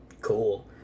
Cool